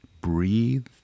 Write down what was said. breathe